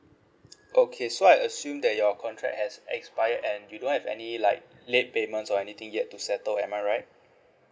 okay so I assume that your contract has expired and you don't have any like late payments or anything yet to settle am I right